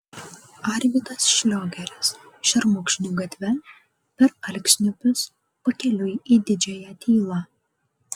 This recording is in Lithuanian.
arvydas šliogeris šermukšnių gatve per alksniupius pakeliui į didžiąją tylą